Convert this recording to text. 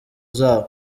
zabo